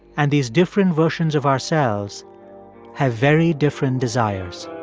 and these different versions of ourselves have very different desires